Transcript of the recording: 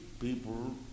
people